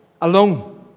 alone